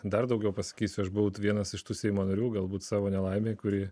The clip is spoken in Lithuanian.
dar daugiau pasakysiu aš buvau vienas iš tų seimo narių galbūt savo nelaimė kuri